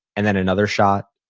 and then another shot,